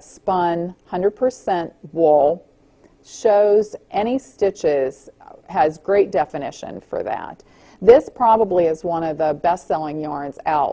spun hundred percent wall shows any stitches has great definition for that this probably is one of the best selling your is out